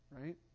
Right